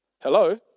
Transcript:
hello